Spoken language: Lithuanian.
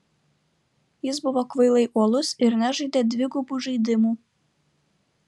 jis buvo kvailai uolus ir nežaidė dvigubų žaidimų